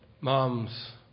Moms